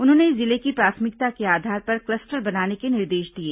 उन्होंने जिले की प्राथमिकता के आधार पर क्लस्टर बनाने के निर्देश दिए